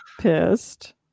pissed